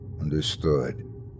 Understood